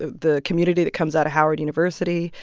the community that comes out of howard university,